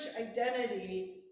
identity